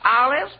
Olives